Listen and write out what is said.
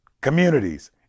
Communities